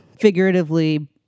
figuratively